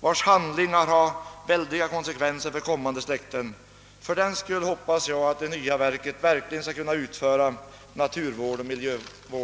vars handlingar har väldiga konsekvenser för kommande släkten. Fördenskull hoppas jag att det nya verket verkligen skall kunna utföra naturoch miljövård.